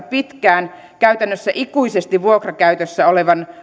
pitkään käytännössä ikuisesti vuokrakäytössä olevien